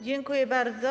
Dziękuję bardzo.